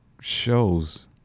shows